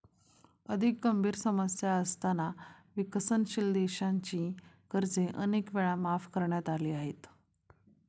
अधिक गंभीर समस्या असताना विकसनशील देशांची कर्जे अनेक वेळा माफ करण्यात आली आहेत